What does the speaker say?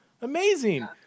amazing